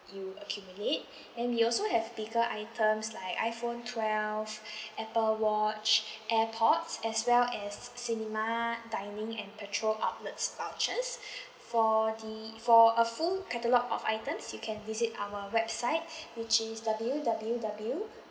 you accumulate and you'll also have bigger items like iphone twelve apple watch ipods as well as c~ cinema dining and petrol outlets vouchers for the for a full catalogue of items you can visit our website which is w w w